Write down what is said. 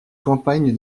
campagne